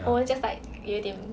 I was just like 有一点